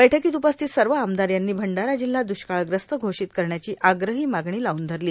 बैठकांत उपस्थित सव आमदार यांनी भंडारा जिल्हा द्वष्काळग्रस्त घोषषत करण्याची आग्रहो मागणी लावून धरली